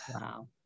Wow